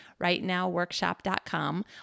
rightnowworkshop.com